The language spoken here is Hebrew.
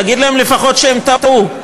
תגיד להם לפחות שהם טעו,